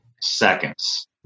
Seconds